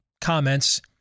comments